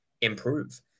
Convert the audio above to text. improve